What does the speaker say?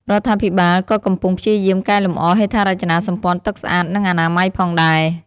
រដ្ឋាភិបាលក៏កំពុងព្យាយាមកែលម្អហេដ្ឋារចនាសម្ព័ន្ធទឹកស្អាត និងអនាម័យផងដែរ។